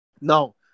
now